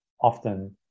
often